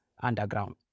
underground